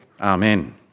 Amen